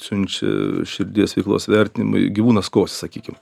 siunčia širdies veiklos vertinimui gyvūnas kosi sakykim